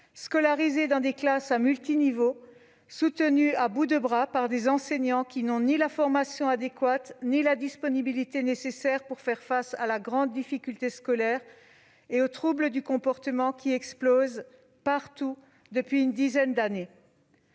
scolarisés dans des classes à multiniveaux, soutenus à bout de bras par des enseignants qui n'ont ni la formation adéquate ni la disponibilité nécessaire pour faire face à la grande difficulté scolaire et aux troubles du comportement qui explosent partout depuis une dizaine d'années.